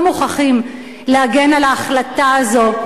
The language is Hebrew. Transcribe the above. אבל לא מוכרחים להגן על ההחלטה הזאת.